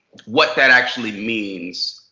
what that actually means.